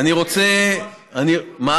אני רוצה, חוץ מנזק לא עשיתם שום דבר.